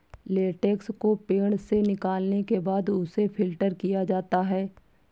latex को पेड़ से निकालने के बाद उसे फ़िल्टर किया जाता है